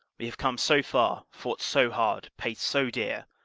we have come so far, fought so hard, paid so dear,